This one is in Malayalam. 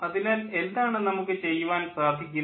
അതിനാൽ എന്താണ് നമുക്ക് ചെയ്യുവാൻ സാധിക്കുന്നത്